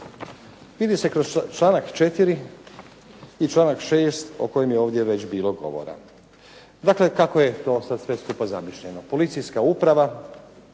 Vidi se kroz članak 4. i članak 6. o kojem je ovdje već bilo govora. Dakle kako je to sad sve skupa zamišljeno? Policijska uprava